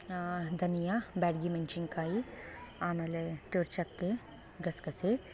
ಧನಿಯಾ ಬ್ಯಾಡಗಿ ಮೆಣಸಿನ್ಕಾಯಿ ಆಮೇಲೆ ಚೂರು ಚಕ್ಕೆ ಗಸಗಸೆ